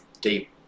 deep